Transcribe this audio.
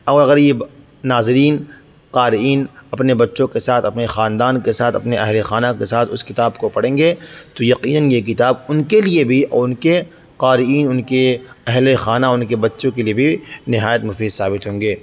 اور غریب ناظرین قارئین اپنے بچوں کے ساتھ اپنے خاندان کے ساتھ اپنے اہل خانہ کے ساتھ اس کتاب کو پڑھیں گے تو یقیناً یہ کتاب ان کے لیے بھی اور ان کے قارئین ان کے اہل خانہ ان کے بچوں کے لیے بھی نہایت مفید ثابت ہوں گے